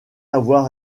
avoir